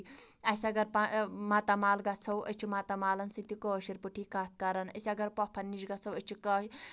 اَسہِ اَگر پا ماتامال گژھو أسۍ چھِ ماتامالن سۭتۍ تہِ کٲشِر پٲٹھۍ کَتھ کَران أسۍ اَگر پۅپھن نِش گژھو أسۍ چھِ کٲش